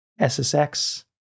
SSX